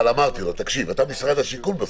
אמרתי לו: אתה משרד השיכון בסוף,